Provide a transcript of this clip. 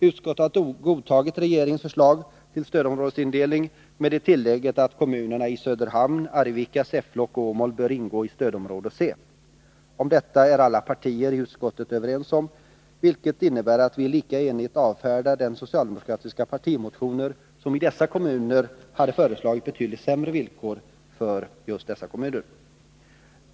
Utskottet har godtagit regeringens förslag till stödområdesindelning med det tillägget att kommunerna Söderhamn, Arvika, Säffle och Åmål bör ingå i stödområde C. Om detta är alla partier i utskottet överens, vilket innebär att vi lika enigt avfärdar den socialdemokratiska partimotionen, som beträffande dessa kommuner hade föreslagit betydligt sämre villkor än propositionen.